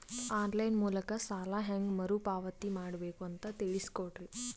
On line ಮೂಲಕ ಸಾಲ ಹೇಂಗ ಮರುಪಾವತಿ ಮಾಡಬೇಕು ಅಂತ ತಿಳಿಸ ಕೊಡರಿ?